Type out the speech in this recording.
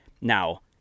Now